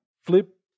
flip